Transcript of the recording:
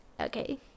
Okay